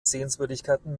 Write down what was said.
sehenswürdigkeiten